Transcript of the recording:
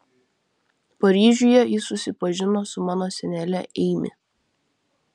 paryžiuje jis susipažino su mano senele eimi